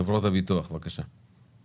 חברות הביטוח, בבקשה.